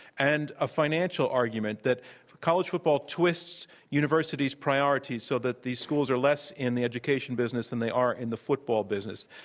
and a financial argument that college football twists universities' priorities so that these schools are less in the education business than they are in the football business,